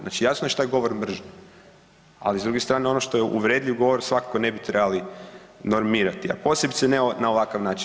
Znači jasno je šta je govor mržnje, ali s druge strane ono što je uvredljiv govor svakako ne bi trebali normirati, a posebice ne na ovakav način.